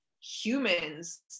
humans